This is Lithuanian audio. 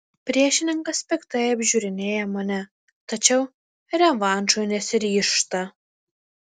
priešininkas piktai apžiūrinėja mane tačiau revanšui nesiryžta